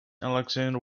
alexander